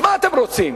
מה אתם רוצים?